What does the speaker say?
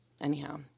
Anyhow